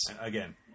Again